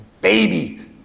baby